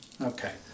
Okay